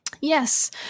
yes